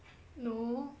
no